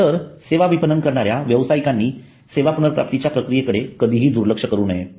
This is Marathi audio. तर सेवा विपणन करणाऱ्या व्यवसायिकांनी सेवा पुनर्प्राप्ती च्या प्रक्रियेकडे कधीही दुर्लक्ष करूनये